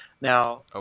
Now